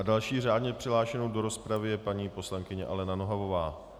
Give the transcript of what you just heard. Další řádně přihlášenou do rozpravy je paní poslankyně Alena Nohavová.